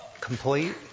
complete